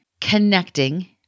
connecting